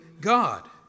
God